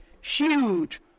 huge